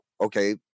okay